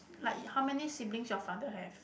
like how many siblings your father have